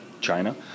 China